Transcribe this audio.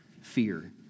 fear